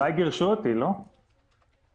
יוני רגב מחברת ישראכרט,